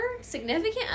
significant